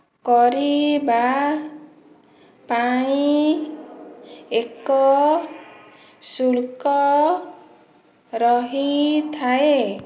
କରିବା ପାଇଁ ଏକ ଶୁଳ୍କ ରହିଥାଏ